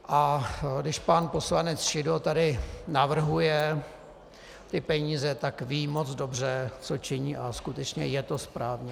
A když pan poslanec Šidlo tady navrhuje ty peníze, tak ví moc dobře, co činí, a skutečně je to správně.